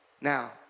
Now